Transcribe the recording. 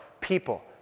people